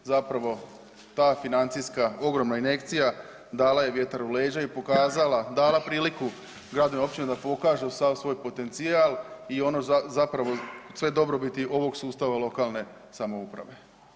Zapravo ta financijska ogromna injekcija dala je vjetar u leđa i pokazala, dala priliku gradovima i općinama da pokažu sav svoj potencijal i ono zapravo sve dobrobiti ovog sustava lokalne samouprave.